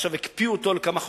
ועכשיו הקפיאו אותו לכמה חודשים.